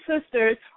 sisters